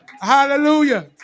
Hallelujah